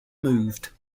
moved